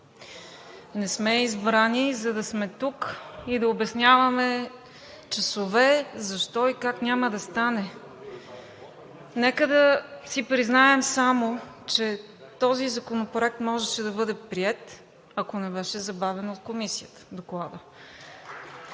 Не сме избрани да сме тук и да обясняваме часове защо и как няма да стане. Нека да си признаем само, че този законопроект можеше да бъде приет, ако не беше забавен докладът от Комисията.